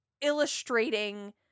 illustrating